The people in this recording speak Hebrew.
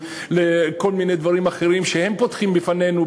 לכל מיני דברים אחרים שהם פותחים בפנינו,